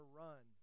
run